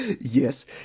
yes